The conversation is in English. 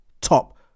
top